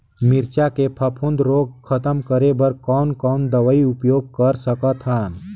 मिरचा के फफूंद रोग खतम करे बर कौन कौन दवई उपयोग कर सकत हन?